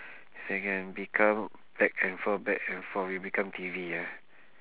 if I can become back and forth back and forth you become T_V ah